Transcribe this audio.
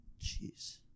Jeez